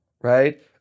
right